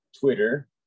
Twitter